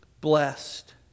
blessed